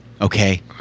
okay